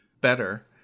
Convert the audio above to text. better